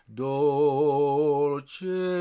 dolce